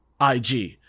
ig